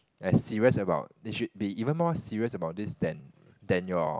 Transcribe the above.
as serious about you should be even more serious about this then then your